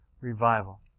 revival